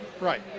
Right